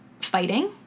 Fighting